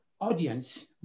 audience